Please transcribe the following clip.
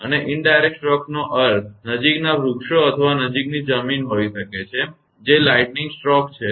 અને પરોક્ષ સ્ટ્રોકનો અર્થ નજીકના વૃક્ષો અથવા નજીકની જમીન હોઈ શકે છે જે વીજળીનો ઝાંટકો છે